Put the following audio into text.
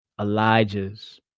Elijah's